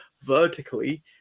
vertically